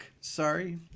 sorry